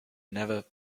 never